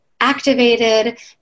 activated